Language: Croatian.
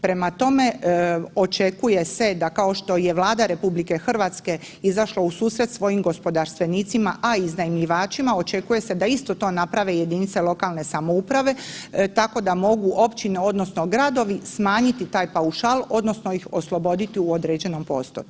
Prema tome, očekuje se da kao što je Vlada RH izašla u susret svojim gospodarstvenicima, a i iznajmljivačima očekuje se da isto to naprave jedinice lokalne samouprave tako da mogu općine odnosno gradovi smanjiti taj paušal odnosno ih osloboditi u određenom postotku.